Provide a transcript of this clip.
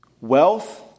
wealth